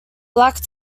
black